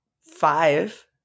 five